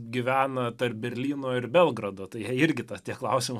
gyvena tarp berlyno ir belgrado tai jai irgi ta tie klausima